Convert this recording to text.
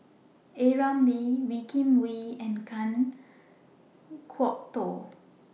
A Ramli Wee Kim Wee and Kan Kwok Toh